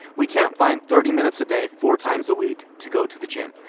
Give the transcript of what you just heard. we can't find thirty minutes a day, four times a week to go to the gym.